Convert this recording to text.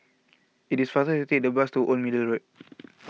it is faster take the bus to Old Middle Road